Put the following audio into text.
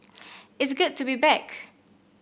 it's good to be back